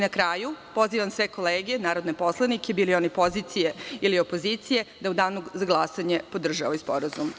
Na kraju, pozivam sve kolege narodne poslanike, bili oni pozicije ili opozicije, da u danu za glasanje podrže ovaj sporazum.